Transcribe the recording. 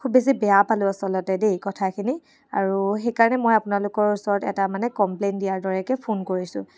খুব বেছি বেয়া পালোঁ আচলতে দেই কথাখিনি আৰু সেইকাৰণে মই আপোনালোকৰ ওচৰত এটা মানে কমপ্লেইন দিয়াৰ দৰেকৈ ফোন কৰিছোঁ